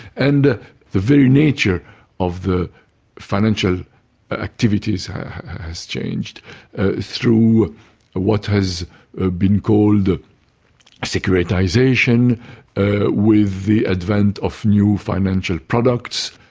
and the very nature of the financial activities has changed through what has ah been called securitisation ah with the advent of new financial products,